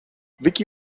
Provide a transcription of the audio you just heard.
vicky